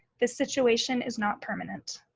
this situation is not permanent.